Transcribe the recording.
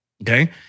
okay